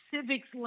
civics